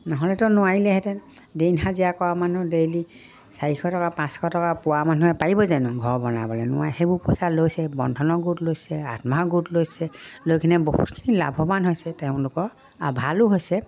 নহ'লেতো নোৱাৰিলেহেঁতেন দিন হাজিৰা কৰা মানুহ ডেইলি চাৰিশ টকা পাঁচশ টকা পোৱা মানুহে পাৰিব যেনো ঘৰ বনাবলৈ নাই সেইবোৰ পইচা লৈছে বন্ধনৰ গোট লৈছে আত্মসহায়ক গোট লৈছে লৈ কিনে বহুতখিনি লাভৱান হৈছে তেওঁলোকৰ আৰু ভালো হৈছে